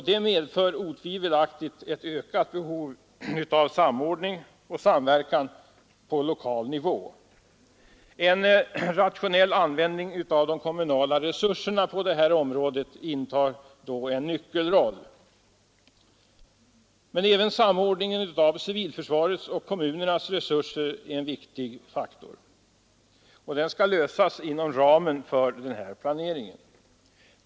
Detta medför otvivelaktigt ett ökat behov av samordning och samverkan på lokal nivå, och frågan om en rationell användning av de kommunala resurserna på detta område intar då en nyckelställning. Men även samordningen av civilförsvarets och kommunernas resurser är en viktig faktor som skall tillgodoses inom ramen för planeringen.